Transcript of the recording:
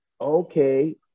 okay